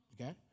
okay